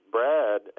Brad